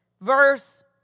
Verse